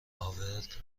هاورد